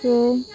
so